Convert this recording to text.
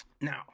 Now